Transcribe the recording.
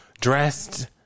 dressed